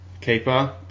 keeper